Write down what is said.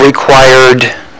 required